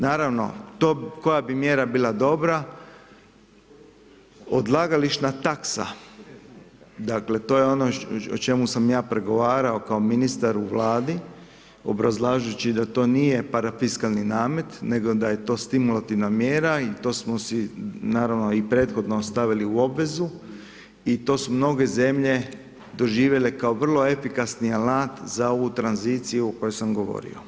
Naravno to koja bi mjera bila dobra odlagališna taksa, dakle to je ono o čemu sam ja pregovarao kao ministar u Vladi obrazlažući da to nije parafiskalni namet nego da je to stimulativna mjera i to smo si naravno i prethodno stavili u obvezu i to su mnoge zemlje doživjele kao vrlo efikasni alat za ovu tranziciju o kojoj sam govorio.